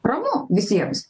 ramu visiems